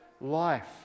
life